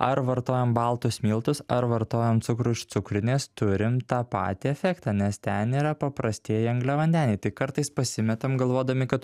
ar vartojam baltus miltus ar vartojam cukrų iš cukrinės turim tą patį efektą nes ten yra paprastieji angliavandeniai tik kartais pasimetam galvodami kad